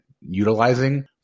utilizing